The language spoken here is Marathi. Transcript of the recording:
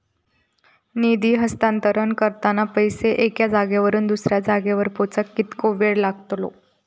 निधी हस्तांतरण करताना पैसे एक्या जाग्यावरून दुसऱ्या जाग्यार पोचाक कितको वेळ लागतलो?